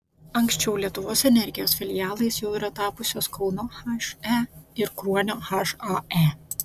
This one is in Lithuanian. anksčiau lietuvos energijos filialais jau yra tapusios kauno he ir kruonio hae